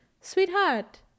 sweetheart